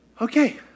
Okay